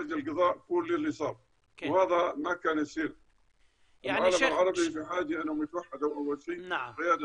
ומי שאיננו מעוניין שהצדק יראה אור, פשוט נפקד